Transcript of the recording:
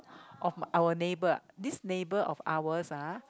of our neighbour this neighbour of ours ah